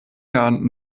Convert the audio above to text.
jahren